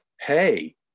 Hey